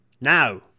Now